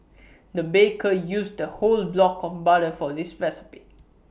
the baker used the whole block of butter for this recipe